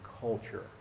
culture